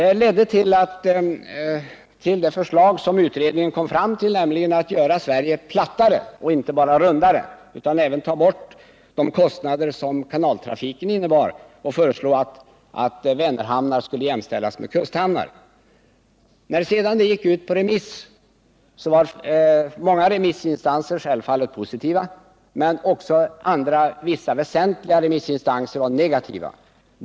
Det ledde till det förslag som utredningen kom fram med, nämligen att göra Sverige plattare och inte bara rundare, att ta bort de kostnader som kanaltrafiken innebar och att Vänerhamnar skulle jämställas med kusthamnar. När det förslaget sedan gick ut på remiss var många remissinstanser självfallet positiva, men andra, väsentliga remissinstanser var negativa.